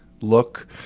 Look